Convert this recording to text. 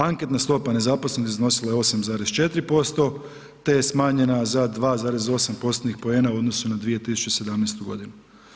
Anketna stopa nezaposlenosti iznosila je 8,4% te je smanjena za 2,8%-tnih poena u odnosu na 2017. godinu.